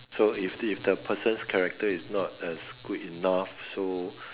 so if if the person's character is not as good enough so